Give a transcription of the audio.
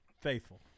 faithful